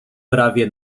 prawie